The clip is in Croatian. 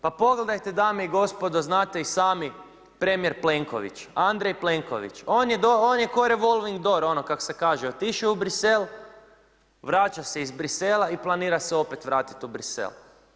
Pa pogledajte dana i gospodo, znate i sami premijer Plenković, Andrej Plenković, on je ko' revolving door, ono kako se kaže, otišao je u Brisel, vraća se iz Brisela i planira se opet vratiti u Brisel.